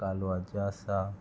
कालवाचें आसा